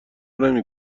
نمی